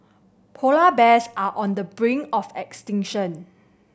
polar bears are on the brink of extinction